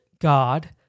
God